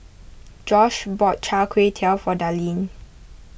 Josh bought Char Kway Teow for Darlene